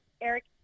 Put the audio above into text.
Eric